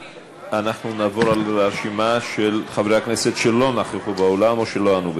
אנחנו נעבור על הרשימה של חברי הכנסת שלא נכחו באולם או שלא ענו.